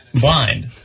blind